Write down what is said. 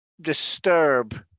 disturb